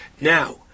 Now